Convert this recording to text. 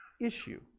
issue